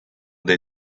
they